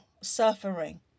suffering